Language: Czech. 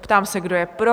Ptám se, kdo je pro?